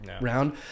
round